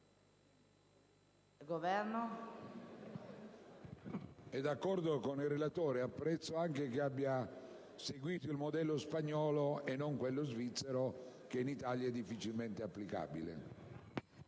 Sono d'accordo con il relatore e apprezzo anche che abbia seguito il modello spagnolo e non quello svizzero, che in Italia è difficilmente applicabile.